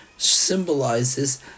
symbolizes